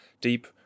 deep